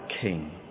king